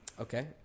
Okay